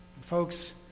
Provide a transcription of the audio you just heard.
Folks